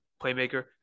playmaker